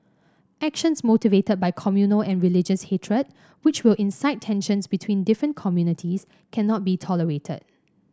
actions motivated by communal and religious hatred which will incite tensions between different communities cannot be tolerated